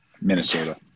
Minnesota